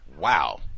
Wow